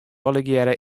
allegearre